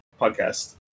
podcast